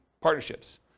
partnerships